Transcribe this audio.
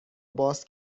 باز